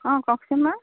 অঁ কওকচােন বাৰু